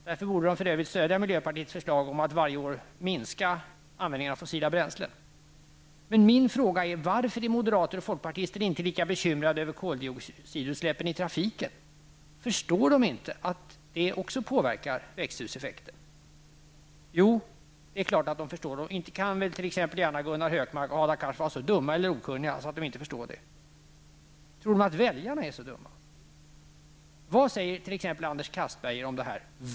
Därför borde de för övrigt stödja miljöpartiets förslag om att varje år minska användningen av fossila bränslen. Min fråga blir då: Varför är moderaterna och folkpartisterna inte lika bekymrade över koldioxidutsläppen i trafiken? Förstår de inte att det också påverkar växthuseffekten? Jo, det är klart att de förstår. Inte kan väl t.ex. Gunnar Hökmark och Hadar Cars vara så okunniga eller dumma att de inte förstår. Tror de att väljarna är så dumma? Vad säger t.ex. Anders Castberger?